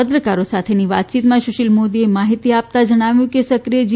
પત્રકારો સાથેની વાતચીતમાં સુશીલ મોદીએ માહિતી આપતા ણાવ્યું કે સક્રિય જી